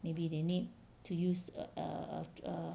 maybe they need to use err err err